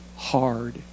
Hard